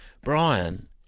Brian